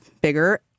bigger